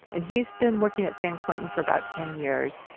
and he's been working at san quentin for about ten years.